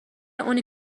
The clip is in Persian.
اونی